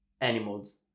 animals